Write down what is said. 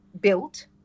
built